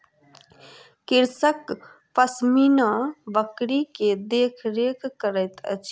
कृषक पश्मीना बकरी के देख रेख करैत अछि